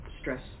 stress